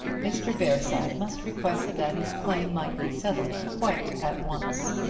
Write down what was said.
mr. bearside must request that his claim might be settled quite at once.